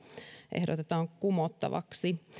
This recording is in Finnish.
ehdotetaan kumottavaksi